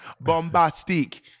bombastic